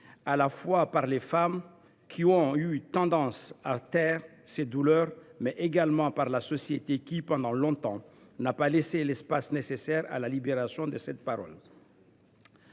à la fois par les femmes, qui ont eu tendance à taire ces douleurs, et par la société, qui pendant longtemps ne leur a pas laissé l’espace nécessaire à la libération de cette parole.